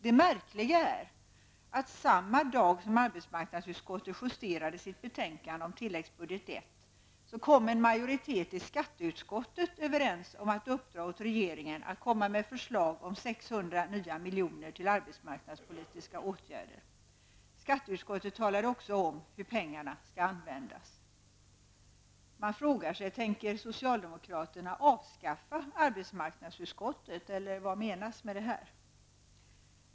Det märkliga är att en majoritet i skatteutskottet, samma dag som arbetsmarknadsutskottet justerade sitt betänkande om tilläggsbudget I, kom överens om att uppdra åt regeringen att komma med förslag om 600 nya miljoner till arbetsmarknadspolitiska åtgärder. Skatteutskottet talar också om hur pengarna skall användas. Man kan då fråga: Tänker socialdemokraterna avskaffa arbetsmarknadsutskottet, eller vad menas med det här?